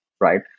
right